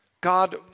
God